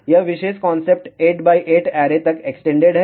यह विशेष concept 8 x 8 array तक एक्सटेंडेड है